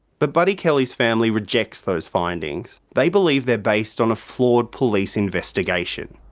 but buddy kelly's family rejects those findings. they believe they're based on a flawed police investigation.